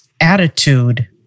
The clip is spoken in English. attitude